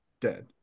dead